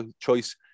choice